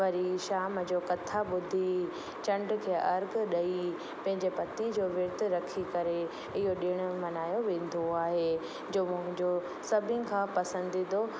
वरी शाम जो कथा ॿुधी चंड खे अर्घु ॾेई पंहिंजे पतीअ जो विर्तु रखी करे इहो ॾिणु मनायो वेंदो आहे जो मुंहिंजो सभिनि खां पसंदीदो